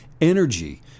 energy